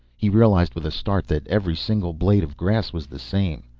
he realized with a start that every single blade of grass was the same.